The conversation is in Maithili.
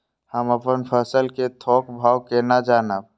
हम अपन फसल कै थौक भाव केना जानब?